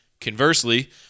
Conversely